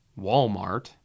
Walmart